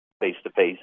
face-to-face